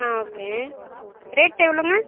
ஆ okay rate எவ்வளோங்க